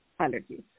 allergies